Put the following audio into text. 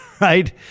right